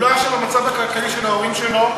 הוא לא אשם במצב הכלכלי של ההורים שלו,